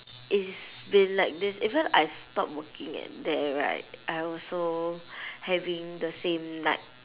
it's been like this even I stop working at there right I also having the same night